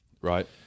right